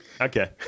Okay